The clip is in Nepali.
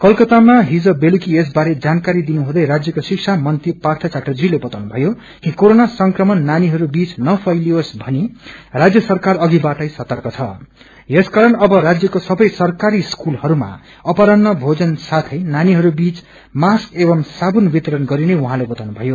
कलकत्तामा हिज बेलुकी यसबारे जानकारी दिनुहुँदै राष्यको शिक्षा मंत्री पार्थ घटर्जीले बताउनुभयो कि कोरोना संक्रमण नानीहरू बीघ नफलियोस भनी राजय सरकार अधिबाटै सर्तक छ यसकारण अब राज्यको सबै सरकारी स्कूलहरूमा अपरान्ह भोजन साथै नानीहरू बीच मास्क एवं साबुन वितरण गरिने उहाँले बताउनुभ्नयो